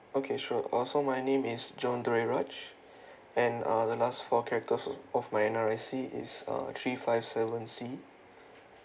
okay sure uh so my name is john duraraj and uh the last four characters of my N_R_I_C is uh three five seven C